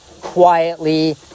quietly